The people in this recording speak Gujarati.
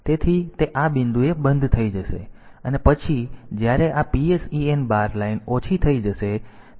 તેથી તે આ બિંદુએ બંધ થઈ જશે અને તે પછી જ્યારે આ PSEN બાર લાઇન ઓછી થઈ જશે